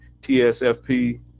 TSFP